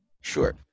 sure